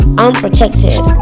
unprotected